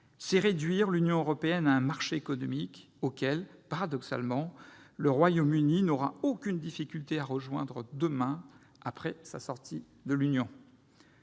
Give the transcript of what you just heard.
C'est réduire l'Union européenne à un marché économique que, paradoxalement, le Royaume-Uni n'aura aucune difficulté à rejoindre demain, après sa sortie de l'Union.